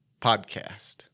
Podcast